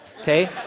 okay